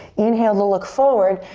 inhale to look forward.